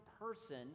person